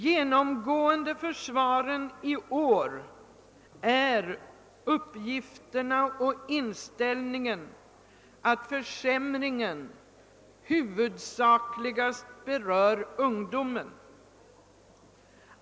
Genomgående för svaren i år är inställningen att försämringen huvudsakligast berör ungdomen.